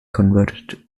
converted